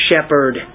shepherd